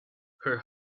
her